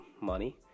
money